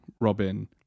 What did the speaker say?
Robin